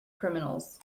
criminals